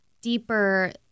deeper